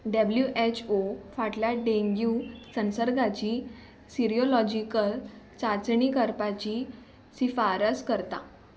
W H O फाटल्या dengue संसर्गाची serological चाचणी करपाची शिफारस करता